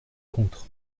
contre